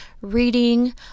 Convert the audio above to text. reading